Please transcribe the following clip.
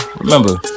remember